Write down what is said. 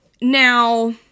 Now